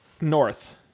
North